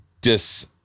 dis